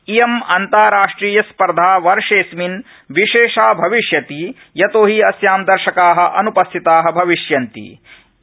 इयं अन्ताराष्ट्रियस्पर्धा वर्षेडस्मिन् विशेषा भविष्यति यतोहि अस्यां दर्शका अन्पस्थिता भविष्यन्ति इति